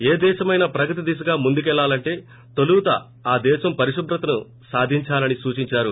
ఏ దేశమైనా ప్రగతి దిశగా ముందుకేళాలంటే తొలుత ఆ దేశం పరిశుభ్రతను సాధించాలని సూచించారు